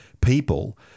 people